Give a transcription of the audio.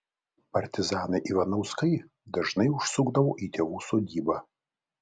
partizanai ivanauskai dažnai užsukdavo į tėvų sodybą